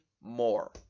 more